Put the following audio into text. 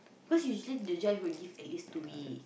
cause usually the judge will give at least two week